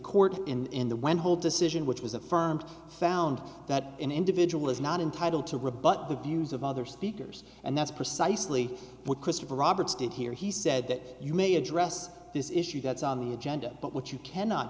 court in the when whole decision which was affirmed found that an individual is not entitled to rebut the views of other speakers and that's precisely what christopher roberts did here he said that you may address this issue that's on the agenda but what you cannot